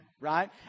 right